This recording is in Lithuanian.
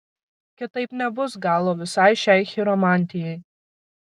kitaip nebus galo visai šiai chiromantijai